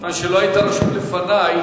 היית רשום לפני,